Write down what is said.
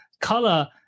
color